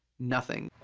nothing.